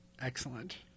excellent